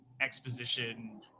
exposition